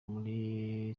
muri